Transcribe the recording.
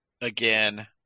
again